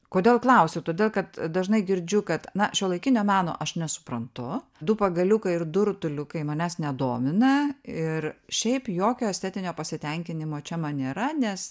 kodėl klausiu todėl kad dažnai girdžiu kad na šiuolaikinio meno aš nesuprantu du pagaliukai ir du rutuliukai manęs nedomina ir šiaip jokio estetinio pasitenkinimo čia man nėra nes